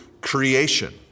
creation